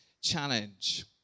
challenge